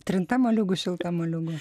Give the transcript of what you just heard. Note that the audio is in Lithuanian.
trinta moliūgų šilta moliūgų